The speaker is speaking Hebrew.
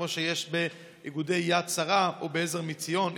כמו שיש באיגודי יד שרה או בעזר מציון,